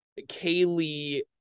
Kaylee